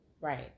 Right